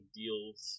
deals